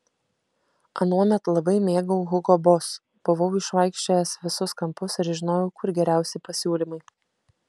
anuomet labai mėgau hugo boss buvau išvaikščiojęs visus kampus ir žinojau kur geriausi pasiūlymai